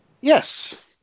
Yes